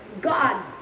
God